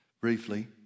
briefly